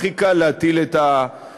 הכי קל להטיל את האשמה,